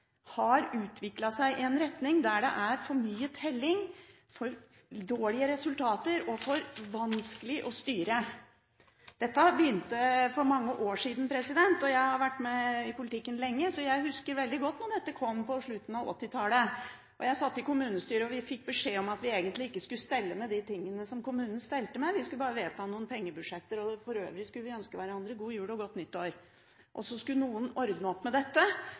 har valgt, etter hvert har utviklet seg i en retning der det er for mye telling, for dårlige resultater og for vanskelig å styre. Dette begynte for mange år siden. Jeg har vært med i politikken lenge, så jeg husker veldig godt da dette kom på slutten av 1980-tallet. Jeg satt i kommunestyret, og vi fikk beskjed om at vi egentlig ikke skulle stelle med de tingene som kommunen stelte med. Vi skulle bare vedta noen pengebudsjetter, og for øvrig skulle vi ønske hverandre god jul og godt nytt år. Så skulle noen ordne opp med dette,